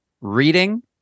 reading